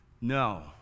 No